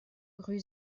rue